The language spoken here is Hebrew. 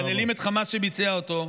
מהללים את חמאס שביצע אותו.